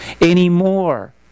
anymore